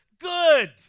good